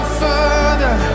further